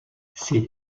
ces